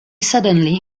suddenly